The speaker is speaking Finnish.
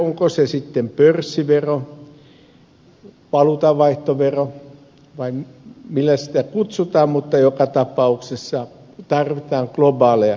onko se sitten pörssivero valuutanvaihtovero vai miksi sitä kutsutaan mutta joka tapauksessa tarvitaan globaaleja ratkaisuja